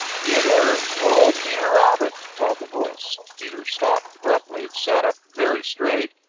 peter! oh, peter rabbit! called the voice. peter stopped abruptly, sat up very straight,